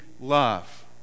love